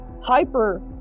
hyper